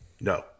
No